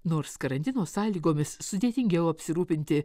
nors karantino sąlygomis sudėtingiau apsirūpinti